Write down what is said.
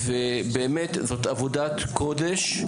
זו באמת עבודת קודש,